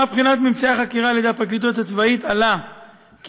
לאחר בחינת ממצאי החקירה בפרקליטות הצבאית עלה כי